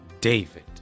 David